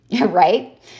right